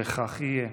וכך יהיה.